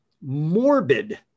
morbid